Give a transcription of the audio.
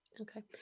Okay